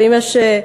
כמה קווים חדשים יש?